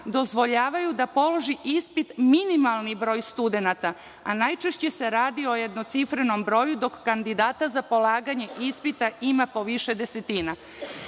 dozvoljavaju da položi ispit minimalni broj studenata, a najčešće se radi o jednocifrenom broju, dok kandidata za polaganje ispita ima po više desetina. Nemam